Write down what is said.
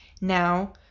Now